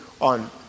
on